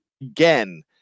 again